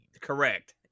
Correct